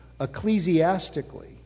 ecclesiastically